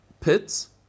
Pits